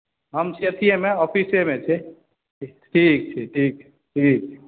हम छी अथियेमे ऑफिसेमे छी ठीक छै ठीक छै ठीक छै